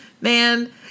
man